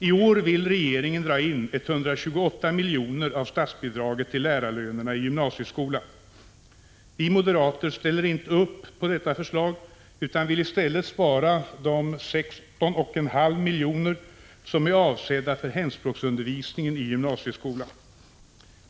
I år vill regeringen dra in 128 miljoner av statsbidraget till lärarlönerna i gymnasieskolan. Vi moderater ställer inte upp på detta förslag utan vill i stället spara de 16,5 miljoner som är avsedda för hemspråksundervisningen i gymnasieskolan.